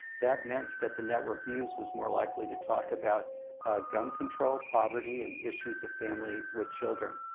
that meant that the network news was more likely to talk about gun control, poverty and issues of family with children.